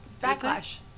Backlash